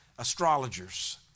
astrologers